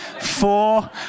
Four